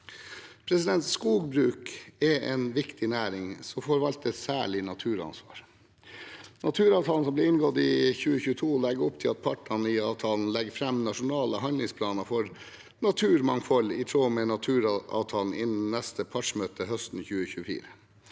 Skogbruk er en viktig næring som forvalter et særlig naturansvar. Naturavtalen som ble inngått i 2022, legger opp til at partene i avtalen legger fram nasjonale handlingsplaner for naturmangfold i tråd med naturavtalen innen neste partsmøte høsten 2024,